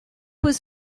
was